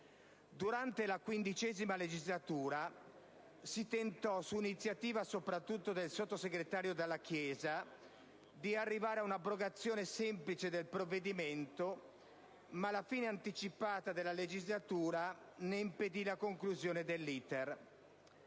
Durante la XV legislatura si tentò, su iniziativa soprattutto del sottosegretario Dalla Chiesa, di arrivare ad una abrogazione semplice del provvedimento, ma la fine anticipata della legislatura impedì la conclusione del